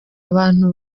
abantu